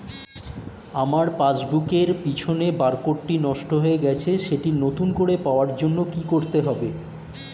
আমার পাসবুক এর পিছনে বারকোডটি নষ্ট হয়ে গেছে সেটি নতুন করে পাওয়ার জন্য কি করতে হবে?